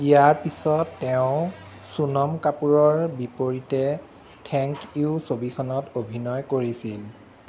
ইয়াৰ পিছত তেওঁ চোনাম কাপুৰৰ বিপৰীতে থেংক ইউ ছবিখনত অভিনয় কৰিছিল